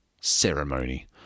ceremony